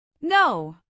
No